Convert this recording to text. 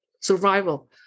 survival